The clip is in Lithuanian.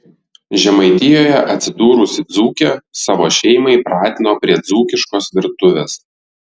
žemaitijoje atsidūrusi dzūkė savo šeimą įpratino prie dzūkiškos virtuvės